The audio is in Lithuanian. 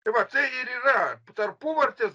tai vat tai ir yra tarpuvartės